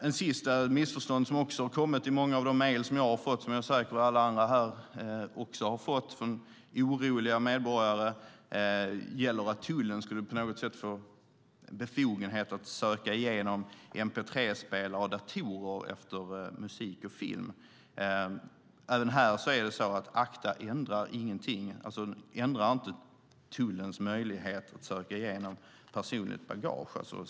Ett sista missförstånd som många av de mejl som jag har fått - och jag är säker på att många andra här också har fått liknande mejl - från oroliga medborgare handlar om är att tullen på något sätt skulle få befogenhet att söka igenom mp3-spelare och datorer efter musik och film. Även här är det så att ACTA inte ändrar någonting. Det ändrar inte tullens möjlighet att söka igenom personligt bagage.